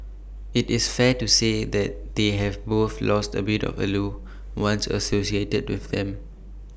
IT is fair to say that they have both lost A bit of the allure once associated with them